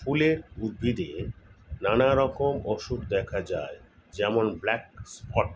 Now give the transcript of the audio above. ফুলের উদ্ভিদে নানা রকম অসুখ দেখা যায় যেমন ব্ল্যাক স্পট